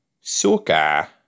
suka